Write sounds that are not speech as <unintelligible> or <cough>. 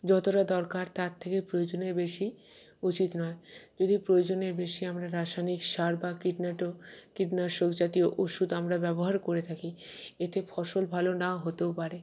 যতোটা দরকার তার থেকে প্রয়োজনের বেশি উচিত নয় যদি প্রয়োজনের বেশি আমরা রাসায়নিক সার বা <unintelligible> কীটনাশক জাতীয় ওষুধ আমরা ব্যবহার করে থাকি এতে ফসল ভালো না হতেও পারে